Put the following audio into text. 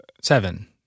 Seven